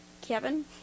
Kevin